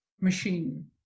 machine